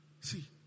see